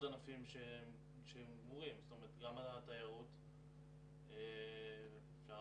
הביטחון שהוא מתכוון לפתוח את המכרזים ולהתחיל